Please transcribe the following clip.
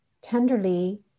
tenderly